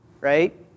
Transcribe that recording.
right